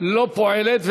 לא פועלת,